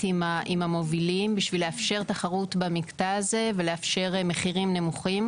עם המובילים בשביל לאפשר תחרות במקטע הזה ולאפשר מחירים נמוכים.